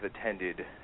attended